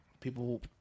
People